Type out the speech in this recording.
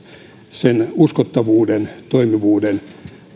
sen uskottavuuden toimivuuden